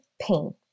pain